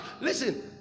listen